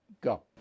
Go